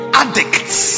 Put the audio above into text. addicts